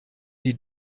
die